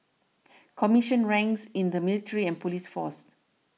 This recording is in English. commissioned ranks in the military and police force